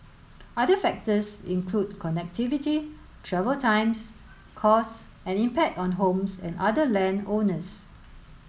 other factors include connectivity travel times costs and impact on homes and other land owners